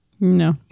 No